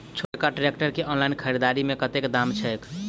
छोटका ट्रैक्टर केँ ऑनलाइन खरीददारी मे कतेक दाम छैक?